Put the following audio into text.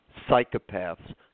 psychopaths